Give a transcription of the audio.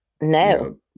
No